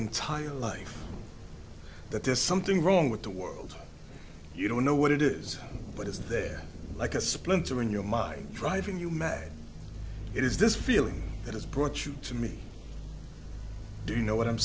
entire life that there's something wrong with the world you don't know what it is but is there like a splinter in your mind driving you mad it is this feeling that has brought you to me do you know what i'm